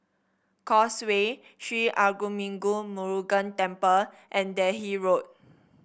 Causeway Sri Arulmigu Murugan Temple and Delhi Road